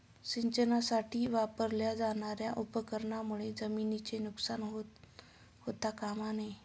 सिंचनासाठी वापरल्या जाणार्या उपकरणांमुळे जमिनीचे नुकसान होता कामा नये